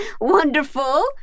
Wonderful